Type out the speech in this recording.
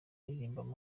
yaririmbaga